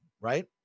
right